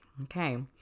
Okay